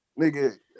nigga